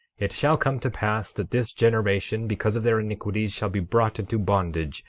it shall come to pass that this generation, because of their iniquities, shall be brought into bondage,